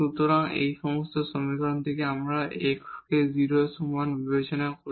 সুতরাং এই প্রথম সমীকরণ থেকে যদি আমরা x কে 0 এর সমান বিবেচনা করি